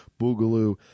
Boogaloo